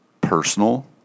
personal